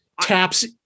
taps